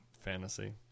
fantasy